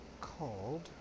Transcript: called